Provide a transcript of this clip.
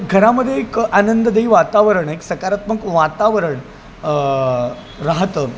घरामध्ये एक आनंददायी वातावरण एक सकारात्मक वातावरण राहतं